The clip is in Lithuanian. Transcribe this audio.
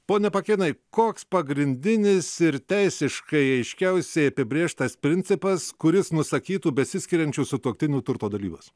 pone pakėnai koks pagrindinis ir teisiškai aiškiausiai apibrėžtas principas kuris nusakytų besiskiriančių sutuoktinių turto dalybas